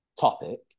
topic